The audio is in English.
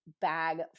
bag